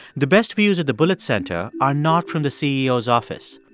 the best views of the bullitt center are not from the ceo's office.